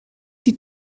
die